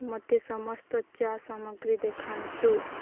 ମୋତେ ସମସ୍ତ ଚା ସାମଗ୍ରୀ ଦେଖାନ୍ତୁ